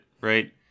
right